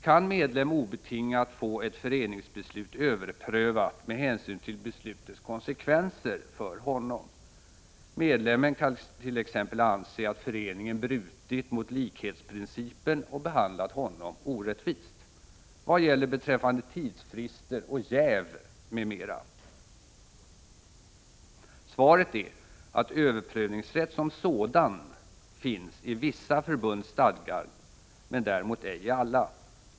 Kan medlem obetingat få ett föreningsbeslut överprövat med hänsyn till beslutets konsekvenser för honom? Medlemmen kan t.ex. anse att förening en brutit mot likhetsprincipen och behandlat honom orättvist. Vad gäller beträffande tidsfrister och jäv m.m.? Svaret är att överprövningsrätt som sådan finns i vissa förbunds stadgar men däremot ej i alla.